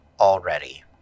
already